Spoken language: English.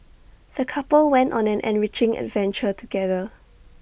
the couple went on an enriching adventure together